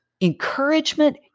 encouragement